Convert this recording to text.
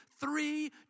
three